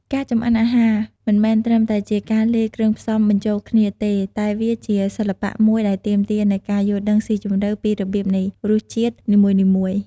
ការចម្អិនអាហារមិនមែនត្រឹមតែជាការលាយគ្រឿងផ្សំបញ្ចូលគ្នាទេ តែវាជាសិល្បៈមួយដែលទាមទារនូវការយល់ដឹងស៊ីជម្រៅពីរបៀបនៃរសជាតិនីមួយៗ។